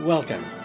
Welcome